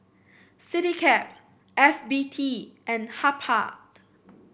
Citycab F B T and Habhal